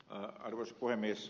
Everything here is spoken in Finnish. arvoisa puhemies